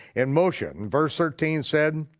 and moshe in verse thirteen said,